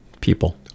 people